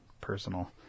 personal